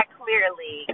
clearly